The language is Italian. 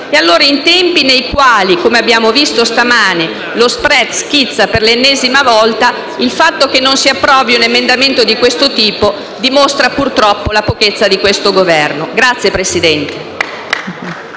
In tempi nei quali, come abbiamo visto oggi, lo *spread* schizza per l'ennesima volta, il fatto che non si approvi un emendamento di questo tipo dimostra purtroppo la pochezza di questo Governo *(Applausi